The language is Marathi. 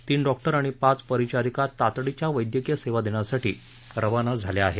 तीन डॉक्टर आणि पाच परिचारीका तातडीच्या वैद्यकीय सेवा देण्यासाठी रवाना झाले आहेत